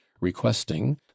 requesting